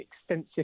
extensive